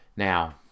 Now